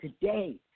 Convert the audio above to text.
today